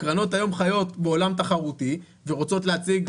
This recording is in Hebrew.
הקרנות היום חיות בעולם תחרותי ורוצות להשיג